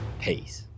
peace